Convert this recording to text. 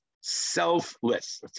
selfless